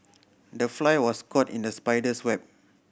the fly was caught in the spider's web